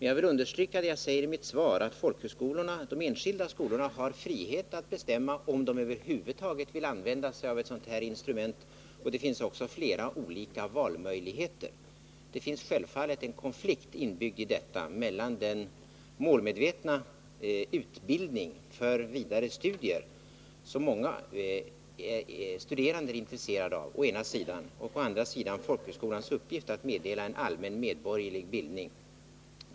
Jag vill understryka det jag säger i mitt svar, att de enskilda skolorna har frihet att bestämma om de över huvud taget vill använda sig av ett sådant här instrument, och det finns också flera olika valmöjligheter. Det finns självfallet en konflikt inbyggd i detta, mellan å ena sidan den målmedvetna utbildningen för vidare studier, som många studerande är intresserade av, och å andra sidan folkhögskolans uppgift att meddela en allmän medborgerlig bildning.